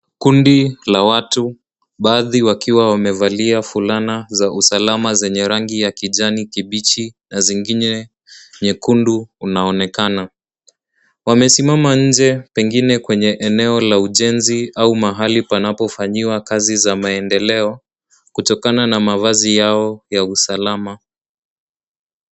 Kundi la watu baadhi wakiwa wamevalia fulana za usalama zenye rangi ya kijani kibichi na zingine nyekundu unaonekana. Wamesimama nje pengine kwenye eneo la ujenzi au mahali panapofanyiwa kazi za maendeleo kutokana na mavazi yao ya usalama.